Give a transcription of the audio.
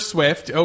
Swift